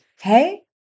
Hey